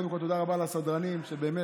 קודם כול תודה רבה לסדרנים שבאמת